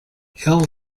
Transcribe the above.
hill